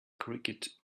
cricket